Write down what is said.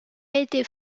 été